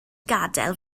gadael